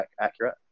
accurate